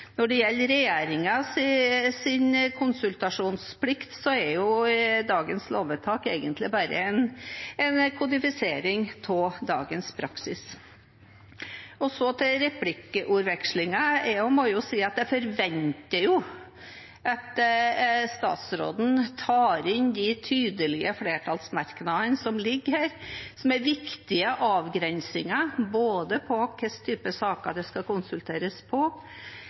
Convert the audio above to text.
Når det gjelder regjeringens konsultasjonsplikt, er dagens lovvedtak egentlig bare en kodifisering av dagens praksis. Og så til replikkvekslingen: Jeg må også si at jeg forventer at statsråden tar inn de tydelige flertallsmerknadene som ligger her, som er viktige avgrensninger av både hva slags saker det skal konsulteres på,